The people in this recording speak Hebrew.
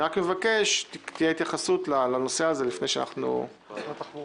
אני מבקש שתהיה התייחסות לנושא הזה לפני שנצביע.